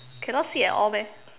cannot see at all meh